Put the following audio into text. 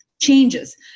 changes